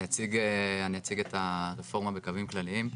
אני אציג את הרפורמה בקווים כלליים: